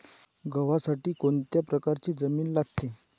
गव्हासाठी कोणत्या प्रकारची जमीन लागते?